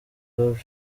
love